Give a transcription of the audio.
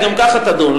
היא גם ככה תדון.